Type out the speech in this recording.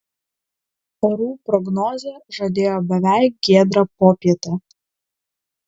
orų prognozė žadėjo beveik giedrą popietę